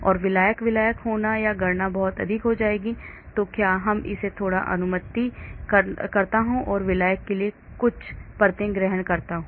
और विलायक विलायक होगा या गणना बहुत अधिक हो जाएगी या क्या मैं इसे थोड़ा अनुमानित करता हूं और विलायक की केवल कुछ परतें ग्रहण करता हूं